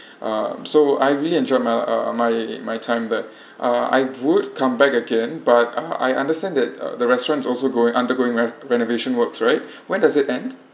um so I really enjoyed my uh my my time there uh I would come back again but uh I understand that uh the restaurant also going undergoing re~ renovation works right when does it end